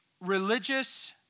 religious